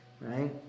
right